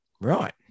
Right